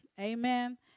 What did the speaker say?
Amen